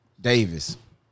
Davis